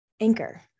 Anchor